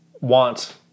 want